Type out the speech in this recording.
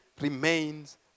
remains